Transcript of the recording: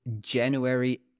January